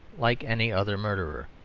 like any other murderer.